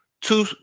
two